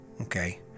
Okay